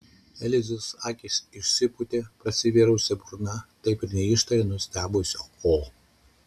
elizos akys išsipūtė prasivėrusi burna taip ir neištarė nustebusio o